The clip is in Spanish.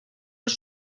los